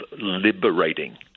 liberating